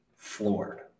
floored